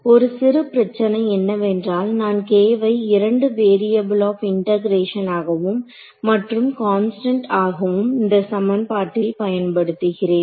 ஒரு சிறு பிரச்சினை என்னவென்றால் நான் k வை இரண்டு வேரியபுள் ஆப் இன்டேகரேஷனாகவும் மற்றும் கான்ஸ்டன்ட் ஆகவும் இந்த சமன்பாட்டில் பயன்படுத்துகிறேன்